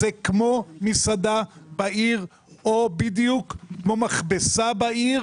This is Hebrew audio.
זה כמו מסעדה בעיר או בדיוק כמו מכבסה בעיר.